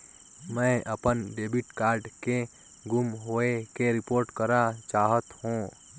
मैं अपन debit card के गुम होवे के रिपोर्ट करा चाहत हों